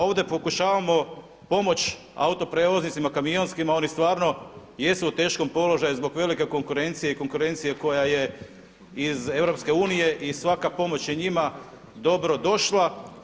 Ovdje pokušavamo pomoći autoprijevoznicima kamionskima, oni stvarno jesu u teškom položaju zbog velike konkurencije i konkurencije koja je iz Europske unije i svaka pomoć je njima dobro došla.